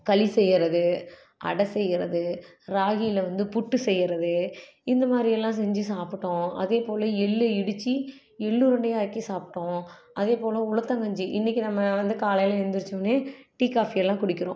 களி செய்கிறது அடை செய்கிறது ராகியில வந்து புட்டு செய்கிறது இந்த மாதிரி எல்லாம் செஞ்சு சாப்பிட்டோம் அதேபோல் எள்ளை இடித்து எள்ளுருண்டையாக ஆக்கி சாப்பிட்டோம் அதேபோல் உளுத்தங்கஞ்சி இன்றைக்கி நம்ம வந்து காலையில் எந்திரிச்சோடன்னே டீ காஃபி எல்லாம் குடிக்கிறோம்